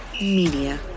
Media